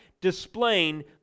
displaying